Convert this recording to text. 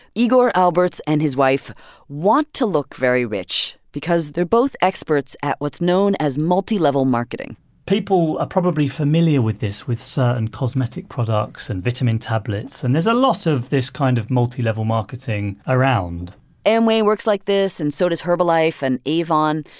igor alberts and his wife want to look very rich because they're both experts at what's known as multilevel marketing people are probably familiar with this, with certain cosmetic products and vitamin tablets. and there's a lot of this kind of multilevel marketing around amway works like this, and so does herbalife and avon.